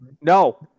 No